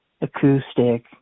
acoustic